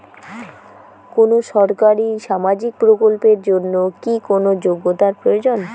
কোনো সরকারি সামাজিক প্রকল্পের জন্য কি কোনো যোগ্যতার প্রয়োজন?